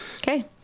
Okay